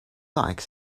like